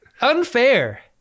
Unfair